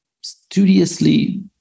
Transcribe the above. studiously